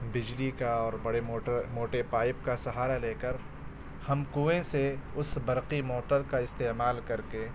بجلی کا اور بڑے موٹر موٹے پائپ کا سہارا لے کر ہم کنوئیں سے اس برقی موٹر کا استعمال کر کے